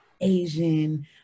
Asian